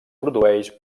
produeix